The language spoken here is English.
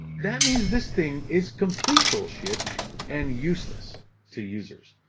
that means this thing is complete bullshit and useless to users.